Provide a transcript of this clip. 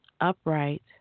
Upright